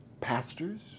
pastors